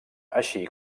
així